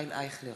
דב חנין,